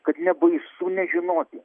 kad nebaisu nežinoti